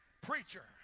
preacher